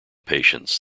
patients